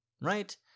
right